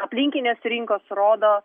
aplinkinės rinkos rodo